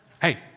Hey